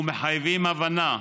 ומחייבים הבנה,